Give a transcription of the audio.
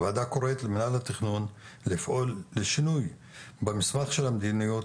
הוועדה קוראת למינהל התכנון לפעול לשינוי במסמך המדיניות,